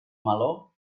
meló